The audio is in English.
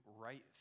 right